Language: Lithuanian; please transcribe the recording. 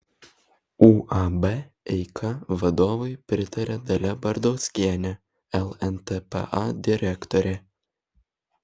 uab eika vadovui pritaria dalia bardauskienė lntpa direktorė